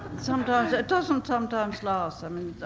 sometimes, it doesn't sometimes last, i mean